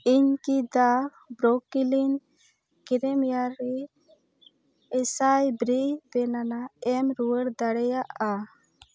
ᱤᱧ ᱠᱤ ᱫᱟ ᱵᱨᱳᱠᱞᱤᱱ ᱠᱨᱮᱢᱤᱭᱟᱨᱤ ᱮᱥᱟᱭ ᱵᱨᱤ ᱵᱮᱱᱟᱱᱟ ᱮᱢ ᱨᱩᱣᱟᱹᱲ ᱫᱟᱲᱮᱭᱟᱜᱼᱟ